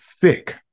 thick